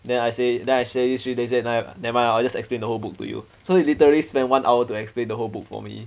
then I say then I say this three then he say ne~ nevermind I'll just explain the whole book to you so he literally spend one hour to explain the whole book for me